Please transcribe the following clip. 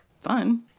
Fun